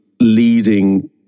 leading